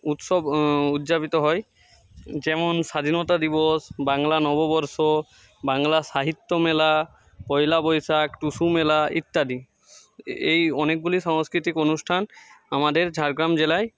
উৎসব উদযাপিত হয় যেমন স্বাধীনতা দিবস বাংলা নববর্ষ বাংলা সাহিত্য মেলা পয়লা বৈশাখ টুসু মেলা ইত্যাদি এ এই অনেকগুলি সাংস্কৃতিক অনুষ্ঠান আমাদের ঝাড়গ্রাম জেলায়